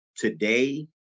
Today